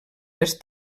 les